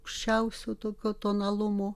aukščiausio tokio tonalumo